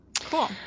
cool